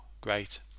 great